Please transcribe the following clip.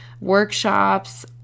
workshops